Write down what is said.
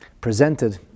presented